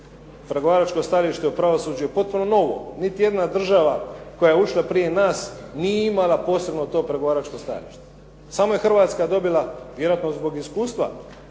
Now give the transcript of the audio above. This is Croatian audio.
Pregovaračko stajalište u pravosuđu je potpuno novo, niti jedna država koja je ušla prije nas, nije imala posebno to pregovaračko stajalište. Samo je Hrvatska dobila, vjerojatno zbog iskustva,